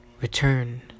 return